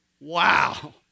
Wow